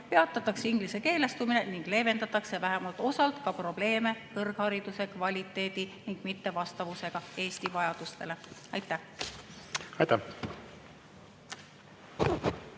peatatakse ingliskeelestumine ning leevendatakse vähemalt osalt ka probleeme kõrghariduse kvaliteedi mittevastavusega Eesti vajadustele. Aitäh!